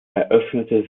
eröffnete